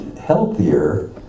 healthier